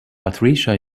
patricia